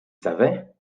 savait